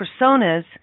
personas